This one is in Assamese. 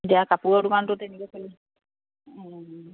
এতিয়া কাপোৰৰ দোকানটো তেনেকে